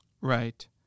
right